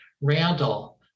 Randall